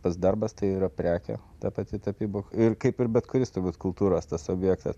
tas darbas tai yra prekė ta pati tapyba ir kaip ir bet kuris turbūt kultūros tas objektas